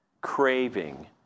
craving